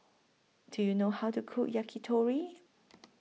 Do YOU know How to Cook Yakitori